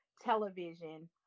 television